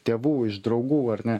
tėvų iš draugų ar ne